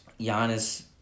Giannis